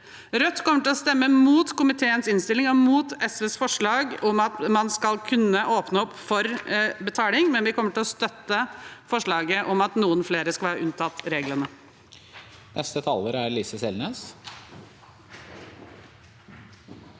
Rødt kommer til å stemme imot komiteens innstilling og imot SVs forslag om at man skal kunne åpne opp for betaling, men vi kommer til å støtte forslaget om at noen flere skal være unntatt reglene.